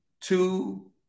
two